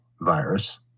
virus